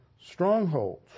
strongholds